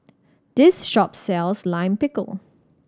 this shop sells Lime Pickle